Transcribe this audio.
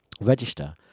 Register